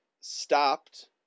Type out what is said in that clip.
stopped